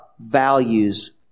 values